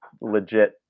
legit